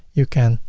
you can